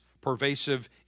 pervasive